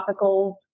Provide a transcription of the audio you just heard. topicals